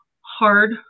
hard